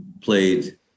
played